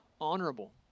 honorable